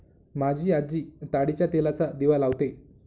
माझी आजी ताडीच्या तेलाचा दिवा लावते